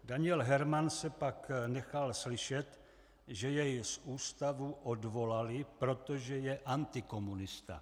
Daniel Hermann se pak nechal slyšet, že jej z ústavu odvolali, protože je antikomunista.